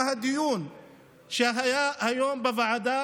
מהדיון שהיה היום בוועדה